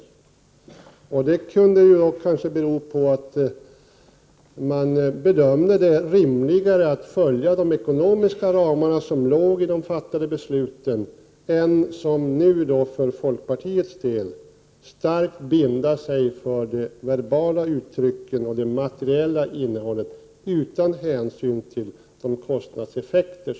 Anledningen till detta kunde kanske vara att man bedömde det som rimligare att följa de ekonomiska ramarna i de fattade besluten än att, som folkpartiet nu gör, starkt binda sig för verbala uttryck för behov vad gäller det materiella innehållet, utan hänsyn till kostnadseffekterna.